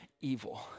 evil